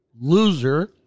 loser